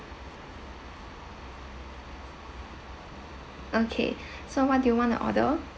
okay so what do you want to order